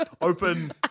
Open